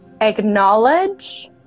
acknowledge